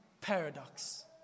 paradox